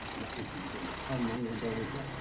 and that was the beginning. how long ago was that?